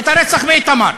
את הרצח באיתמר,